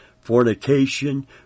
fornication